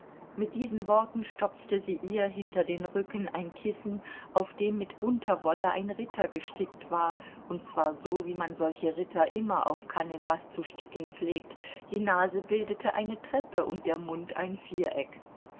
mit diesen worten stopfte sie ihr hinter den rücken ein kissen auf dem mit bunter wolle ein ritter gestickt war und zwar so wie man solche ritter immer auf kanevas zu sticken pflegt die nase bildete eine treppe und der mund ein viereck